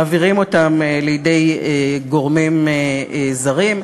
מעבירים אותם לידי גורמים זרים,